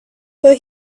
but